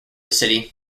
city